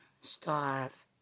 starve